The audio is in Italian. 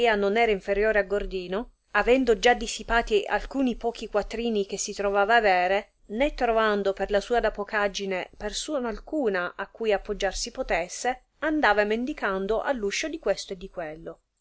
non era inferiore a gordino avendo già dissipati alcuni pochi quatrini che si trovava avere né trovando per la sua dapocaggine persona alcuna a cui appoggiar si potesse andava mendicando all'uscio di questo e di quello